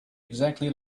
exactly